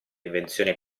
invenzione